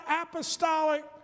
apostolic